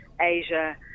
Asia